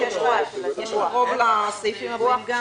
רוב הסתייגות 10 של קבוצת הרשימה